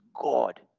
God